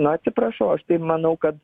na atsiprašau aš tai manau kad